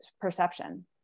perception